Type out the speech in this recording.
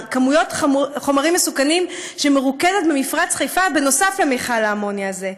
כמויות החומרים המסוכנים שמרוכזת במפרץ חיפה נוסף על מכל האמוניה הזה.